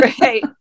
Right